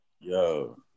Yo